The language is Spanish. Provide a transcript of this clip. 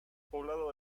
poblado